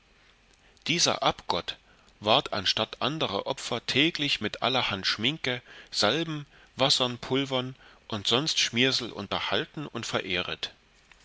dieser abgott ward anstatt anderer opfer täglich mit allerhand schminke salben wassern pulvern und sonst schmiersel unterhalten und verehret